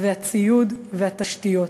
הציוד והתשתיות.